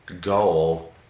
goal